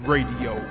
Radio